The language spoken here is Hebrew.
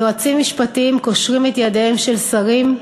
יועצים משפטיים קושרים את ידיהם של שרים,